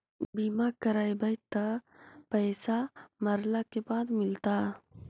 बिमा करैबैय त पैसा मरला के बाद मिलता?